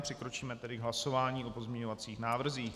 Přikročíme tedy k hlasování o pozměňovacích návrzích.